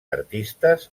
artistes